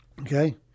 okay